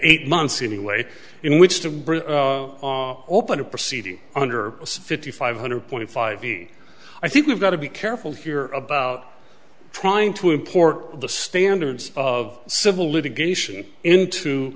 eight months in a way in which to open a proceeding under fifty five hundred twenty five i think we've got to be careful here about trying to import the standards of civil litigation into